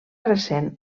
recent